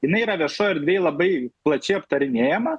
jinai yra viešoj erdvėj labai plačiai aptarinėjama